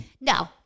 No